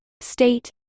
state